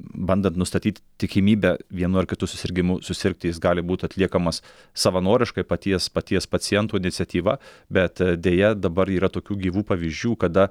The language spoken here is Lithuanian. bandant nustatyt tikimybę vienu ar kitu susirgimu susirgti jis gali būt atliekamas savanoriškai paties paties paciento iniciatyva bet deja dabar yra tokių gyvų pavyzdžių kada